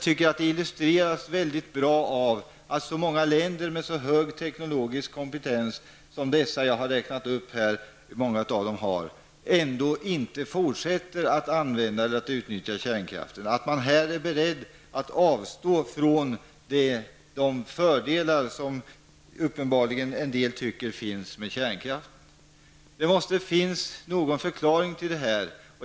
Det illustreras väldigt bra av att många länder med hög teknisk kompetens, som de jag här har räknat upp, ändå inte fortsätter att utnyttja kärnkraften utan är beredda att avstå från de fördelar som en del uppenbarligen tycker finns med kärnkraften. Det måste finnas någon förklaring till det.